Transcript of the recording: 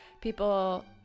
people